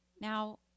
Now